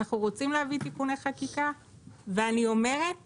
אנחנו רוצים להביא תיקוני חקיקה, ואני אומרת